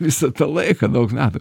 visą tą laiką daug metų